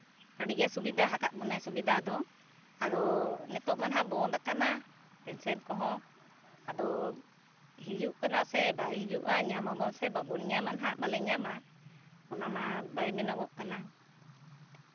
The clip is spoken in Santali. ᱟᱹᱰᱤᱜᱮ ᱥᱩᱵᱤᱫᱷᱟ ᱟᱠᱟᱫ ᱵᱚᱱᱟᱭ ᱥᱩᱵᱤᱫᱷᱟ ᱫᱚ ᱟᱫᱚ ᱱᱤᱛᱚᱜ ᱢᱟ ᱱᱟᱦᱟᱸᱜ ᱵᱚᱱᱫᱷ ᱟᱠᱟᱱᱟ ᱯᱚᱧᱪᱟᱭᱮᱛ ᱠᱚᱦᱚᱸ ᱟᱫᱚ ᱦᱤᱡᱩᱜ ᱠᱟᱱᱟ ᱥᱮ ᱵᱟᱭ ᱦᱤᱡᱩᱜᱼᱟ ᱧᱟᱢ ᱟᱵᱚᱱ ᱥᱮ ᱵᱟᱵᱚᱱ ᱧᱟᱢᱟ ᱵᱟᱞᱮ ᱧᱟᱢᱟ ᱚᱱᱟ ᱢᱟ ᱵᱟᱭ ᱢᱮᱱᱚᱜᱚᱜ ᱠᱟᱱᱟ